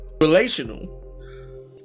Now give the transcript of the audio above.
relational